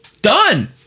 Done